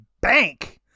bank